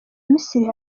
misiri